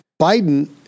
Biden